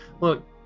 Look